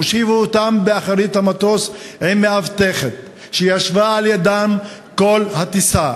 הושיבו אותן באחורי המטוס עם מאבטחת שישבה לידן כל הטיסה.